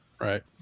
Right